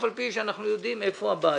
אף על פי שאנחנו יודעים היכן הבעיה.